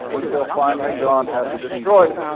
until finally god had to destroy them.